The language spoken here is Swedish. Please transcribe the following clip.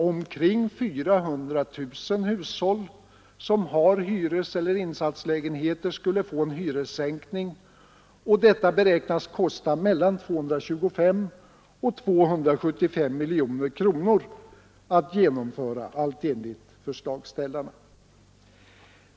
Omkring 400 000 hushåll som har hyreseller insatslägenheter skulle få en hyressänkning, och detta beräknas kosta mellan 225 och 275 miljoner kronor att genomföra — allt enligt förslagsställarna.